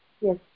Yes